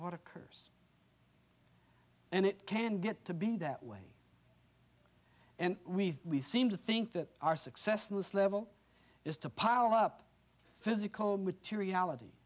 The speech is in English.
a curse and it can get to be that way and we seem to think that our success in this level is to pile up physical materiality